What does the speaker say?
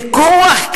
בכוח,